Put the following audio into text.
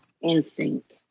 Instinct